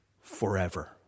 forever